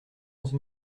onze